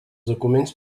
documents